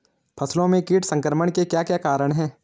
फसलों में कीट संक्रमण के क्या क्या कारण है?